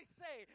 say